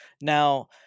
Now